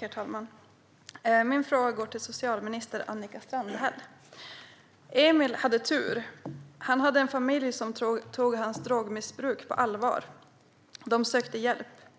Herr talman! Min fråga går till socialminister Annika Strandhäll. Emil hade tur. Han hade en familj som tog hans drogmissbruk på allvar. De sökte hjälp, och